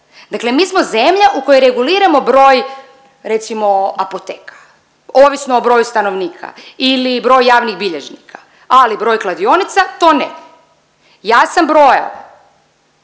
Dakle mi smo zemlja u kojoj reguliramo broj recimo apoteka ovisno o broju stanovnika ili broj javnih bilježnika, ali broj kladionica to ne. Ja sam brojala,